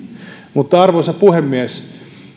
arvoisa puhemies